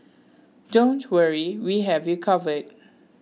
don't worry we have you covered